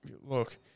look